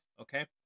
okay